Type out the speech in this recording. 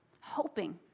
hoping